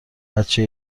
بچه